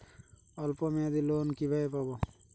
অল্প মেয়াদি লোন কিভাবে পাব?